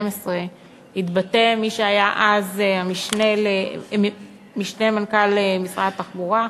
התבטא מי שהיה אז המשנה למנכ"ל משרד התחבורה,